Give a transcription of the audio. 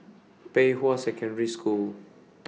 Pei Hwa Secondary School